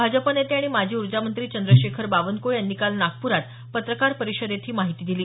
भाजप नेते आणि माजी ऊर्जामंत्री चद्रशेखर बावनक्रळे यांनी काल नागप्रात पत्रकार परिषदेत ही माहिती दिली